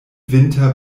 winter